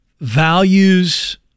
values